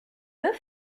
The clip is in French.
deux